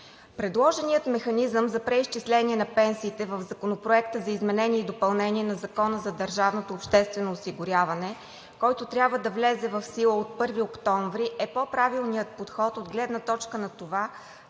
Предложеният механизъм за преизчислението на пенсиите в Законопроекта за изменение и допълнение на Закона за държавното обществено осигуряване, който трябва да влезе в сила от 1 октомври, е по-правилният подход от гледна точка на това,